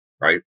right